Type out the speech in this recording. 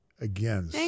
again